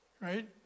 right